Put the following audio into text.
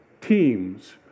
teams